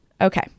Okay